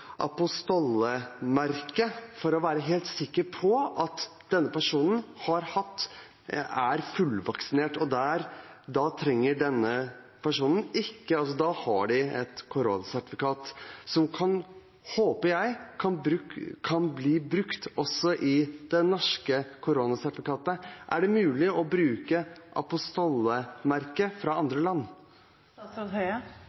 være helt sikker på at denne personen er fullvaksinert. Da har de et koronasertifikat som, håper jeg, kan bli brukt tilsvarende det norske koronasertifikatet. Er det mulig å bruke apostillemerket fra